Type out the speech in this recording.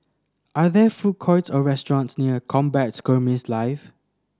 are there food courts or restaurants near Combat Skirmish Live